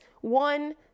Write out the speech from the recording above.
one